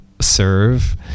serve